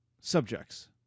subjects